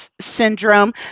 syndrome